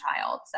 child